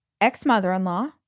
ex-mother-in-law